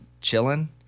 chilling